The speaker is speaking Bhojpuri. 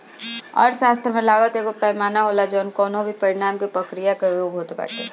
अर्थशास्त्र में लागत एगो पैमाना होला जवन कवनो भी परिणाम के प्रक्रिया कअ योग होत बाटे